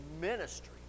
ministry